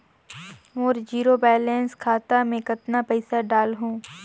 मोर zero balance खाता मे कतना पइसा डाल हूं?